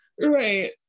Right